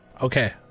okay